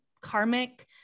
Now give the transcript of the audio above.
karmic